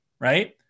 right